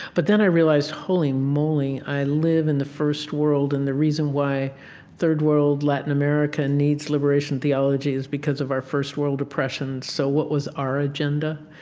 but then i realized, holy moly, i live in the first world. and the reason why third world latin america needs liberation theology is because of our first world oppression. so what was our agenda?